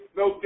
no